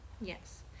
Yes